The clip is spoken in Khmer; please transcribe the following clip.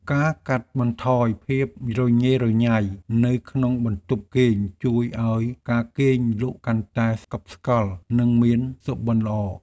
ការកាត់បន្ថយភាពរញ៉េរញ៉ៃនៅក្នុងបន្ទប់គេងជួយឱ្យការគេងលក់កាន់តែស្កប់ស្កល់និងមានសុបិនល្អ។